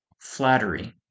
flattery